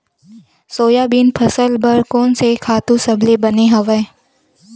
Soybean फसल बर कोन से खातु सबले बने हवय?